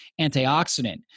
antioxidant